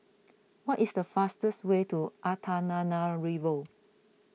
what is the fastest way to Antananarivo